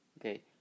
Okay